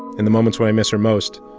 in the moments when i miss her most,